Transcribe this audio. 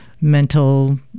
mental